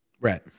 right